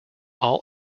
all